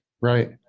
Right